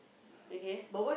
okay